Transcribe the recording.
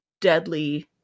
deadly